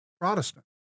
Protestant